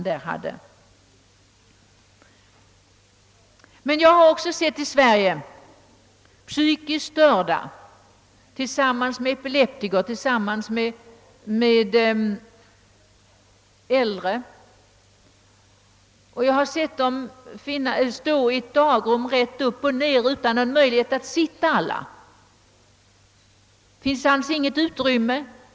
Jag har emellertid också sett i Sverige hur psykiskt utvecklingsstörda får vistas tillsammans med epileptiker och åldringar. I ett fall var de hänvisade till ett dagrum utan utrymme för alla att sitta.